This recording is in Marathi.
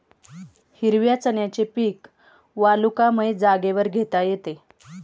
हिरव्या चण्याचे पीक वालुकामय जागेवर घेता येते